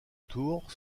tour